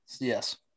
Yes